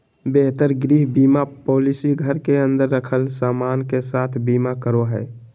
बेहतर गृह बीमा पॉलिसी घर के अंदर रखल सामान के साथ बीमा करो हय